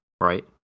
right